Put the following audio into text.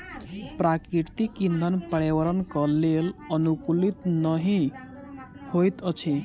प्राकृतिक इंधन पर्यावरणक लेल अनुकूल नहि होइत अछि